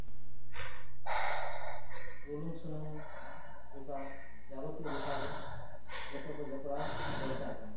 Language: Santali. ᱵᱩᱞᱩᱝ ᱥᱩᱱᱩᱢ ᱵᱮᱯᱟᱨ ᱡᱟᱵᱚᱛᱤᱭᱚ ᱵᱮᱯᱟᱨ ᱨᱮ ᱡᱚᱛᱚ ᱠᱚ ᱡᱚᱯᱲᱟᱣ ᱫᱚᱨᱠᱟᱨ ᱠᱟᱱᱟ